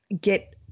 get